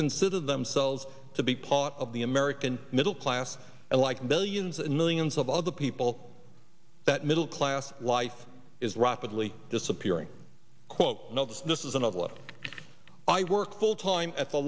considered themselves to be part of the american middle class and like millions and millions of other people that middle class life is rapidly disappearing quote notice this is another level i work full time at the